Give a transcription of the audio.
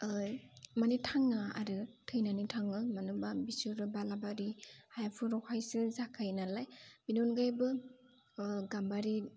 माने थाङा आरो थैनानै थाङो मानो होनबा बिसोरो बालाबारि हाफोरावहायसो जाखायो नालाय बेनि अनगायैबो गाम्बारि